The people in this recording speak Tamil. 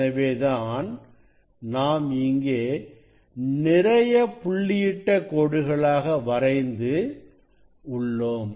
எனவேதான் நாம் இங்கே நிறைய புள்ளியிட்ட கோடுகளாக வரைந்து உள்ளோம்